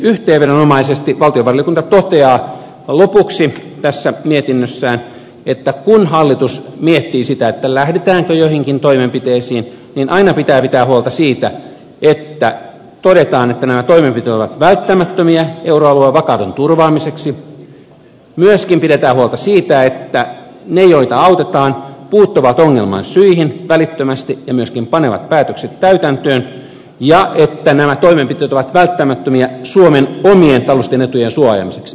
yhteenvedonomaisesti valtiovarainvaliokunta toteaa lopuksi tässä mietinnössään että kun hallitus miettii sitä lähdetäänkö joihinkin toimenpiteisiin niin aina pitää pitää huolta siitä että todetaan että nämä toimenpiteet ovat välttämättömiä euroalueen vakauden turvaamiseksi myöskin pidetään huolta siitä että ne joita autetaan puuttuvat ongelman syihin välittömästi ja myöskin panevat päätökset täytäntöön ja että nämä toimenpiteet ovat välttämättömiä suomen omien taloudellisten etujen suojaamiseksi